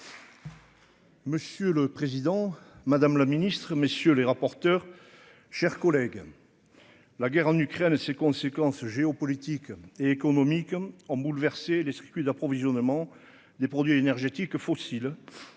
Monsieur le président, madame la ministre, messieurs les rapporteurs, chers collègues, la guerre en Ukraine et ses conséquences géopolitiques et économiques en bouleverser les circuits d'approvisionnement des produits énergétiques fossiles